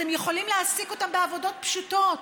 אתם יכולים להעסיק אותם בעבודות פשוטות.